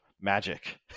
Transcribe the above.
magic